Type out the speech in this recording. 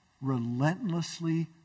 relentlessly